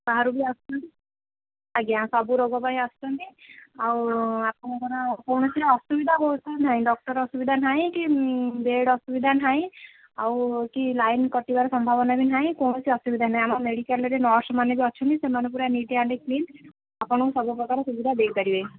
ବାହାରୁ ବି ଆସୁଛନ୍ତି ଆଜ୍ଞା ସବୁ ରୋଗ ପାଇଁ ଆସୁଛନ୍ତି ଆଉ ଆପଣଙ୍କର କୌଣସି ଅସୁବିଧା ବହୁତ ନାହିଁ ଡ଼କ୍ଟର୍ ଅସୁବିଧା ନାହିଁ କି ବେଡ଼୍ ଅସୁବିଧା ନାହିଁ ଆଉ କି ଲାଇନ୍ କଟିବାର ସମ୍ଭାବନା ବି ନାହିଁ କୌଣସି ଅସୁବିଧା ନାହିଁ ଆମ ମେଡ଼ିକାଲ୍ରେ ନର୍ସମାନେ ବି ଅଛନ୍ତି ସେମାନେ ପୁରା ନୀଟ୍ ଆଣ୍ଡ କ୍ଲିନ୍ ଆପଣଙ୍କୁ ସବୁ ପ୍ରକାର ସୁବିଧା ଦେଇପାରିବେ